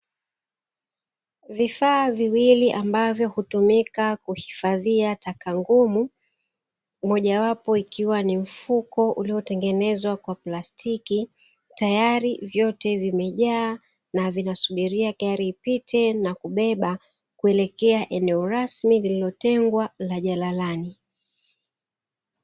Vifaa viwili ambavyo hutumika kuhifadhia taka ngumu, mojawapo ikiwa na mfuko uloitengenezwa kwa plastiki; tayari vyote vimejaa na vinasubiria gari ipite na kubeba kuelekea eneo rasmi liliotengwa la jalalani.